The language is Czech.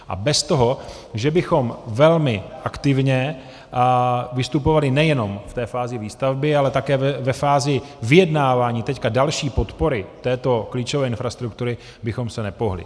A bez toho, že bychom velmi aktivně vystupovali nejenom v té fázi výstavby, ale také ve fázi vyjednávání teď další podpory této klíčové infrastruktury, bychom se nepohnuli.